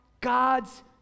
God's